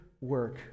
work